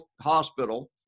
hospital